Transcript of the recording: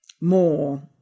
more